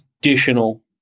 additional